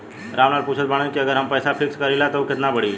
राम लाल पूछत बड़न की अगर हम पैसा फिक्स करीला त ऊ कितना बड़ी?